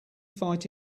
fight